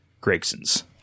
Gregson's